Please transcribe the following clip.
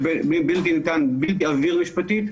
ובלתי עביר משפטית,